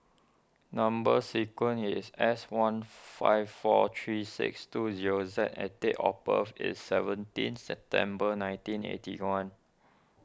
Number Sequence is S one five four three six two zero Z and date of birth is seventeen September nineteen eighty one